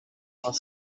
trois